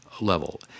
level